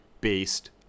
Based